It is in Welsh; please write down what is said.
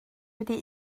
wedi